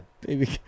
Baby